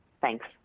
Thanks